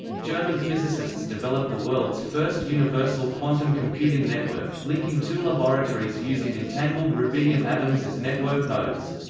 german physicists develop the world's first universal quantum computing network, linking two laboratories using entangled rubidium atoms as network nodes.